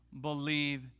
believe